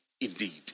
indeed